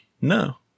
No